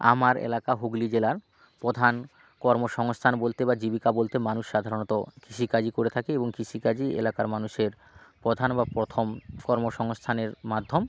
আমার এলাকা হুগলী জেলার প্রধান কর্মসংস্থান বলতে বা জীবিকা বলতে মানুষ সাধারণত কৃষিকাজই করে থাকে এবং কৃষিকাজই এলাকার মানুষের প্রধান বা প্রথম কর্মসংস্থানের মাধ্যম